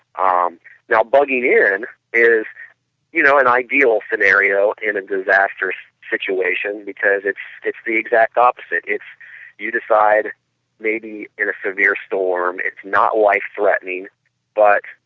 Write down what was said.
um now, bugging-in is you know an ideal scenario in a disastrous situation because it's it's the exact opposite. it's you decide maybe in a severe storm it's not life-threatening but